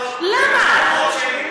למה?